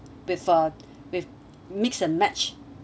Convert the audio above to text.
with a with mix and match